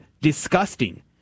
disgusting